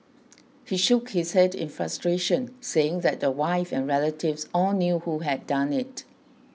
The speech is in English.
he shook his head in frustration saying that the wife and relatives all knew who had done it